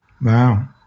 Wow